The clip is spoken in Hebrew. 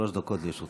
שלוש דקות לרשותך.